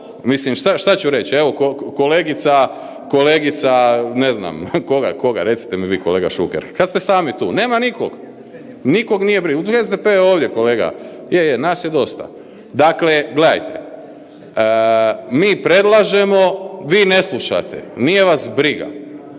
što ću, što ću reći, evo, kolegica ne znam, koga? Koga? Recite mi vi kolega Šuker, kad ste sami tu. Nema nikog. Nikog nije briga. SDP je ovdje kolega, je, je, nas je dosta. Dakle, gledajte, mi predlažemo, vi ne slušate, nije vas briga.